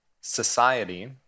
society